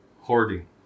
hoarding